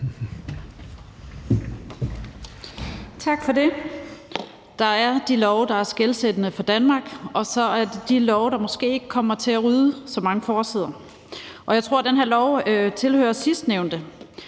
Tak for det. Der er de love, der er skelsættende for Danmark, og så er der de love, der måske ikke kommer til at rydde så mange forsider. Jeg tror, det her lovforslag tilhører sidstnævnte.